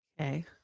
Okay